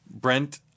Brent